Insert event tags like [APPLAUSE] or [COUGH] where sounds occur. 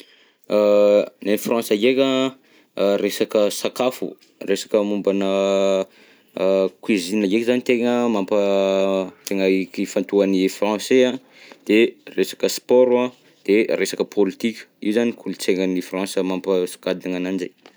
[HESITATION] Nen'i France ndreka, resaka sakafo, resaka momba ana cuisine ndreka zany no tegna mampa- ifantohan'ny Français an, de resaka sport a de resaka politika, i zany kolon'tsainan'i France mampasongadina ananjy.